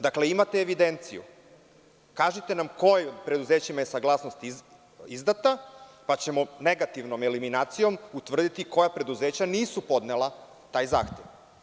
Dakle, imate evidenciju i kažite nam kojim preduzećima je saglasnost izdata, pa ćemo negativnom eliminacijom utvrditi koja preduzeća nisu podnela taj zahtev.